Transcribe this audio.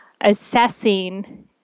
assessing